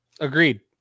Agreed